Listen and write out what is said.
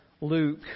Luke